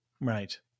right